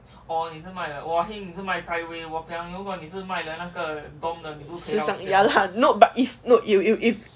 谁想 ya lah no but if no you if if if